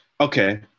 Okay